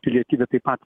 pilietybę taip pat